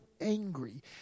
angry